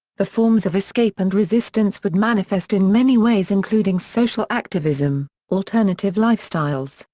the forms of escape and resistance would manifest in many ways including social activism, alternative lifestyles,